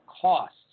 costs